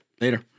Later